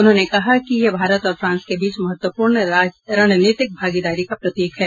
उन्होंने कहा कि यह भारत और फ्रांस के बीच महत्वपूर्ण रणनीतिक भागीदारी का प्रतीक है